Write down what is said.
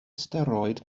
steroid